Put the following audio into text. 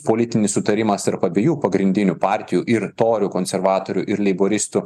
politinis sutarimas tarp abiejų pagrindinių partijų ir torių konservatorių ir leiboristų